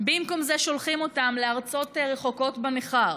ובמקום זה שולחים אותם לארצות רחוקות בנכר,